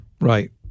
Right